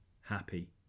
happy